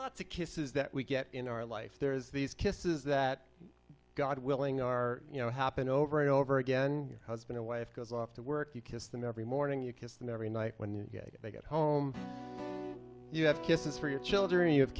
lotsa kisses that we get in our life there's these kisses that god willing are you know happen over and over again husband or wife goes off to work you kiss them every morning you kiss and every night when they get home you have kisses for your children you have